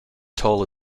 toll